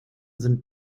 sind